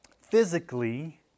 Physically